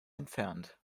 entfernt